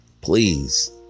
please